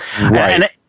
Right